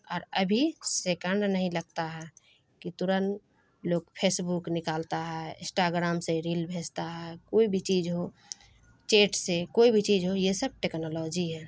اور ابھی سیکنڈ نہیں لگتا ہے کہ ترنت لوگ فیس بک نکالتا ہے انسٹاگرام سے ریل بھیجتا ہے کوئی بھی چیز ہو چیٹ سے کوئی بھی چیز ہو یہ سب ٹیکنالوجی ہے